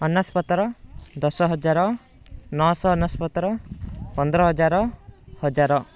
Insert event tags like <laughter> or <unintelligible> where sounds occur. <unintelligible> ଦଶ ହଜାର ନଅ ସହ <unintelligible> ପନ୍ଦର ହଜାର ହଜାର